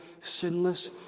sinless